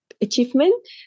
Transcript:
achievement